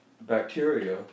bacteria